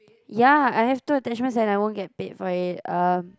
ya I have two attachments and I won't get paid for it um